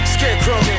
Scarecrow